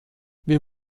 wir